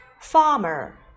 farmer